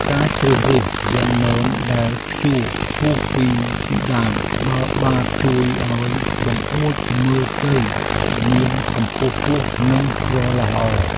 ការជ្រើសរើសវាំងននដែលព្យួរខ្ពស់ពីពិដានដល់បាតជួយឱ្យបង្អួចមើលទៅមានកម្ពស់ខ្ពស់និងស្រឡះល្អ។